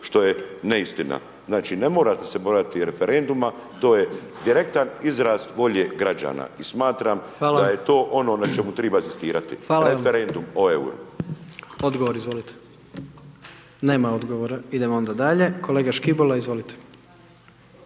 što je neistina. Znači, ne morate se bojati referenduma, to je direktan izraz volje građana i smatram…/Upadica: Hvala/… da je to ono na čemu treba inzistirati, referendum o EUR-u. **Jandroković, Gordan (HDZ)** Odgovor, izvolite. Nema odgovora, idemo onda dalje. Kolega Škibola, izvolite.